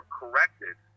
corrected